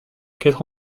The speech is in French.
quatre